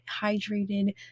hydrated